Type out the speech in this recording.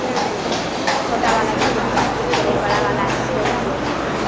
हूँ हूँ हूँ हूँ छोटा वाला जैसे रहे चालीस के रहे बड़ा वाला रहे सौ रुपया किलो